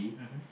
mmhmm